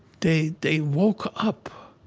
they they woke up